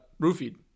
roofied